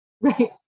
Right